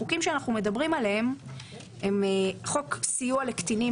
החוקים שאנחנו מדברים עליהם הם חוק סיוע לקטינים